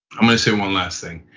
i'm gonna say one last thing.